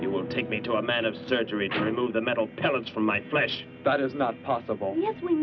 you will take me to a man of surgery to remove the metal pellets from my flesh that is not possible yes we